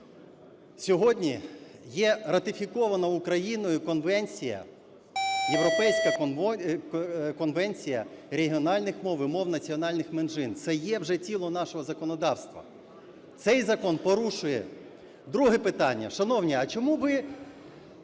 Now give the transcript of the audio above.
сьогодні є ратифікована Україною конвенція, Європейська конвенція регіональних мов і мов національних меншин. Це є вже тіло нашого законодавства цей закон порушує. Друге питання. Шановні, а чому ви,